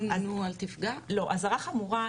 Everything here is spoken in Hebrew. אזהרה חמורה,